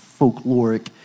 folkloric